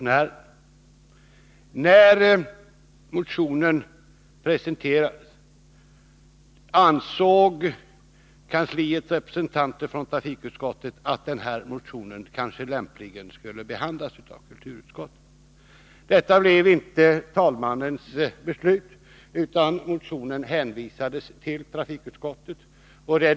När motionen presenterades ansåg trafikutskottets representanter i kansliet att den kanske lämpligen borde behandlas av kulturutskottet. Detta blev dock inte talmannens beslut, utan motionen hänvisades till trafikutskottet.